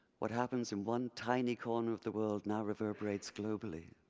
what happens in one tiny corner of the world, now reverberates globally.